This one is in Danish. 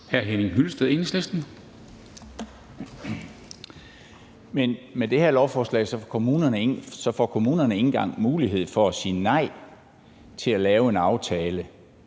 10:54 Henning Hyllested (EL): Men med det her lovforslag får kommunerne ikke engang mulighed for at sige nej til at lave en aftale,